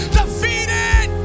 defeated